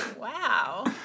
Wow